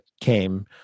came